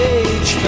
age